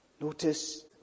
Notice